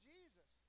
Jesus